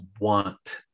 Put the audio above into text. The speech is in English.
want